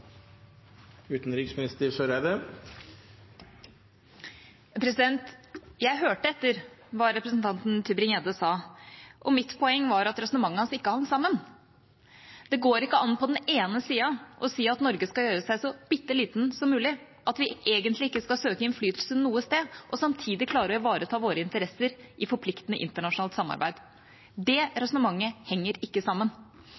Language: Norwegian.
Jeg hørte etter hva representanten Tybring-Gjedde sa, og mitt poeng var at resonnementet hans ikke hang sammen. Det går ikke an på den ene siden å si at Norge skal gjøre seg så bitteliten som mulig, at vi egentlig ikke skal søke innflytelse noe sted, og samtidig klare å ivareta våre interesser i forpliktende internasjonalt samarbeid. Det resonnementet henger ikke sammen.